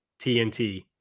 TNT